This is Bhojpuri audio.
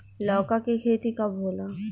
लौका के खेती कब होला?